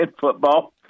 football